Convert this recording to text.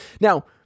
Now